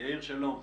יאיר שלום,